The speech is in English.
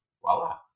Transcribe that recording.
voila